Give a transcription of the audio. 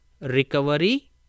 recovery